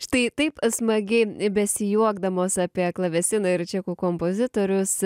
štai taip smagiai besijuokdamos apie klavesiną ir čekų kompozitorius